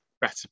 better